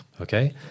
okay